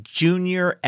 junior